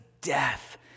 death